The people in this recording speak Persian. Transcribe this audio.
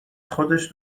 خودش